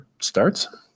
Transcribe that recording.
starts